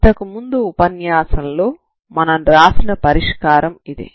ఇంతకుముందు ఉపన్యాసంలో మనం రాసిన పరిష్కారం ఇదే